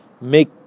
make